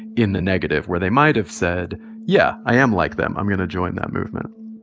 in the negative, where they might have said yeah, i am like them i'm going to join that movement